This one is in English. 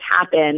happen